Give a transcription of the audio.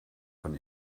von